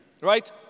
right